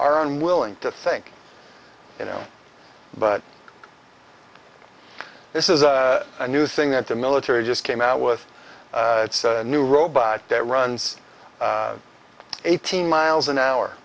are unwilling to think you know but this is a new thing that the military just came out with a new robot that runs eighteen miles an hour